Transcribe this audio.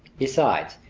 besides,